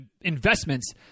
investments